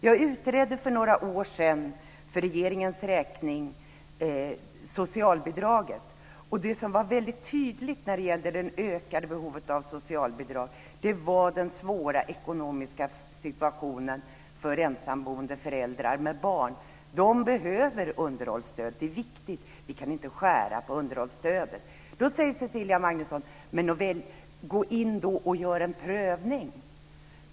Jag utredde för några år sedan för regeringens räkning socialbidragen, och något som var väldigt tydligt när det gällde det ökade behovet av socialbidrag var den svåra ekonomiska situationen för ensamboende föräldrar med barn. De behöver underhållsstöd. Det är viktigt. Vi kan inte skära i underhållsstödet. Då säger Cecilia Magnusson: Gör en prövning!